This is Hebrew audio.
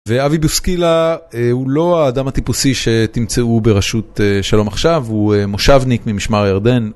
ואבי בוסקילה הוא לא האדם הטיפוסי שתמצאו בראשות שלום עכשיו, הוא מושבניק ממשמר הירדן.